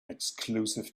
exclusive